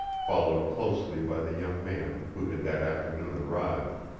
followed closely by the young man who had that afternoon arrived.